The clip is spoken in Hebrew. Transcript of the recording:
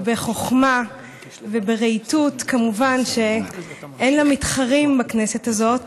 בחוכמה וברהיטות שכמובן, אין לה מתחרים בכנסת הזאת